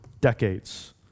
decades